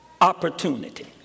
opportunity